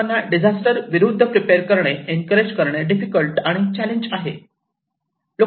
लोकांना डिजास्टर विरुद्ध प्रिपेअर करणे एनकरेज करणे डिफिकल्ट आणि चॅलेंज आहे